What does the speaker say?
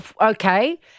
okay